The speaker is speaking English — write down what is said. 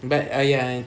but ah ya